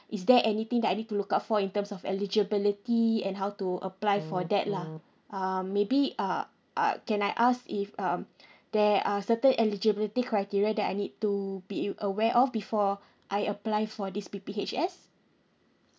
is there anything that I need to look out for in terms of eligibility and how to apply for that lah um maybe uh uh can I ask if um there are certain eligibility criteria that I need to be e~ aware of before I apply for this P_P_H_S